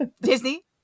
Disney